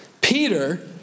Peter